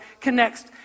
connects